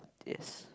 yes